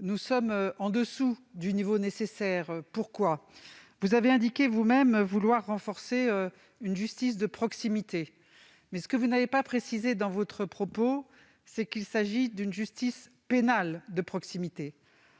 nous restons au-dessous du niveau nécessaire. Vous avez vous-même indiqué vouloir renforcer la justice de proximité mais, ce que vous n'avez pas précisé dans votre propos, c'est que vous parliez d'une justice pénale de proximité.